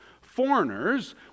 foreigners